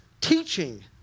teaching